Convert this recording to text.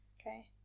Okay